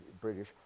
British